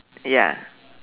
ya